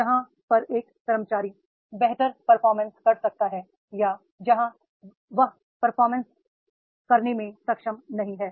जहां पर एक कर्मचारी बेहतर परफॉर्मेंस कर सकता है या जहां वह पर परफॉर्मेंस करने में सक्षम नहीं है